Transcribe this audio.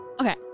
Okay